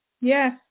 yes